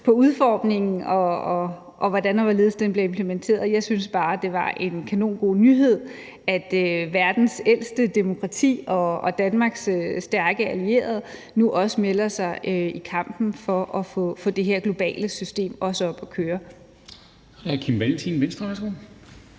på udformningen, og hvordan og hvorledes den bliver implementeret. Jeg synes bare, at det var en kanongod nyhed, at verdens ældste demokrati og Danmarks stærke allierede nu også melder sig ind i kampen for at få det her globale system op at køre.